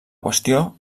qüestió